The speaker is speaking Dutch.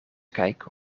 kijken